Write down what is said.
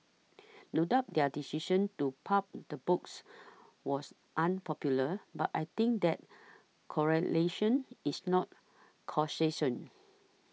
no doubt their decision to pulp the books was unpopular but I think that correlation is not causation